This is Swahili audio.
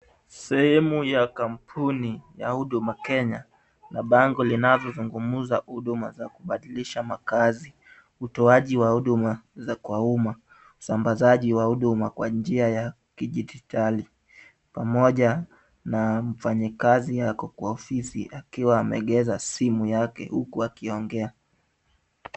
Sehemu ya kampuni ya Huduma Kenya na bango linalozungumza huduma za kubadilisha makaazi, utoaji wa huduma za kwa umma, usambazaji wa huduma kwa njia ya kidijitali pamoja na mfanyikazi ako kwa ofisi akiwa ameegeza simu yake huku akiongea.